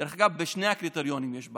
דרך אגב, בשני הקריטריונים יש בעיה.